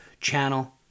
channel